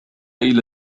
إلى